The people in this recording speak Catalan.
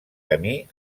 camí